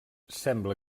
sembla